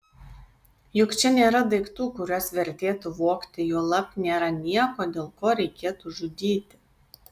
juk čia nėra daiktų kuriuos vertėtų vogti juolab nėra nieko dėl ko reikėtų žudyti